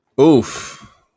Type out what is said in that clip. Oof